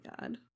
god